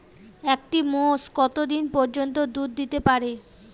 একটি মোষ কত দিন পর্যন্ত দুধ দিতে পারে?